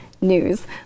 NEWS